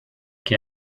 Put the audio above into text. que